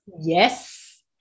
Yes